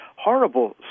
Horrible